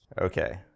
Okay